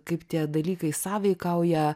kaip tie dalykai sąveikauja